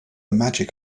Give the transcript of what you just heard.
magic